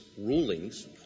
rulings